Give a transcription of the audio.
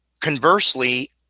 Conversely